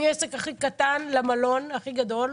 מעסק הכי קטן למלון הכי גדול.